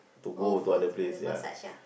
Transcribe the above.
all for for the massage ah